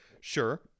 sure